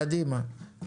קדימה.